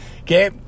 okay